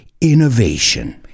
innovation